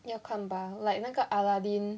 要看吧 like 那个 aladdin aladdin